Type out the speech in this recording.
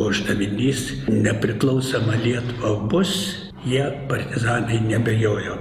uždavinys nepriklausoma lietuva bus jie partizanai neabejojo